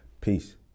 Peace